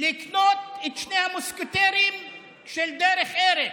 לקנות את שני המוסקטרים של דרך ארץ,